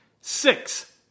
Six